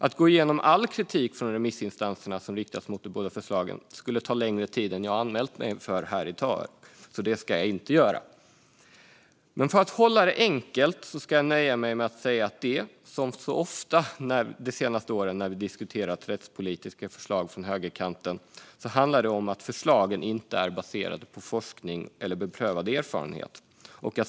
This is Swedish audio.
Att gå igenom all kritik från remissinstanserna som riktas mot de båda förslagen skulle ta längre tid än jag har anmält mig för på talarlistan, så det ska jag inte göra. Men för att hålla det enkelt ska jag nöja mig med att säga det, som det så ofta de senaste åren när vi har diskuterat rättspolitiska förslag från högerkanten har handlat om, nämligen att förslagen inte är baserade på forskning eller beprövad erfarenhet.